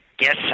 Yes